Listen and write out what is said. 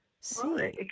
see